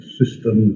system